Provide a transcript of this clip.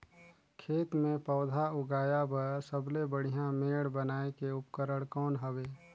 खेत मे पौधा उगाया बर सबले बढ़िया मेड़ बनाय के उपकरण कौन हवे?